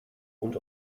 und